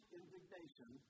indignation